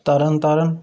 Tarn Taran